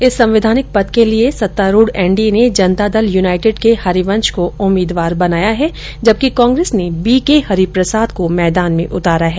इस संवैधानिक पद के लिए सत्तारूढ़ एन डी ए ने जनता दल यूनाइटेड के हरिवंश को उम्मीदवार बनाया है जबकि कांग्रेस ने बी के हरिप्रसाद को मैदान में उतारा है